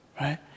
Right